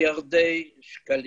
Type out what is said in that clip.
בפחם.